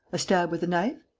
a stab with a knife?